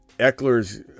Eckler's